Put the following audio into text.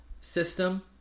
system